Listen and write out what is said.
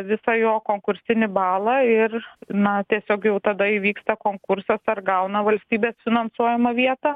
visą jo konkursinį balą ir na tiesiog jau tada įvyksta konkursas ar gauna valstybės finansuojamą vietą